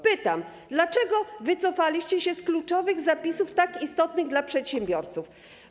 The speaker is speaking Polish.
Pytam: Dlaczego wycofaliście się z kluczowych zapisów tak istotnych dla przedsiębiorców?